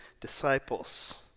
disciples